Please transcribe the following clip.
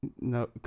No